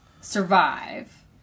survive